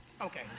Okay